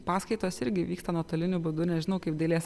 paskaitos irgi vyksta nuotoliniu būdu nežinau kaip dailės